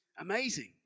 amazing